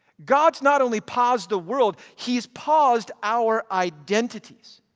god's not only paused the world, he's paused our identities.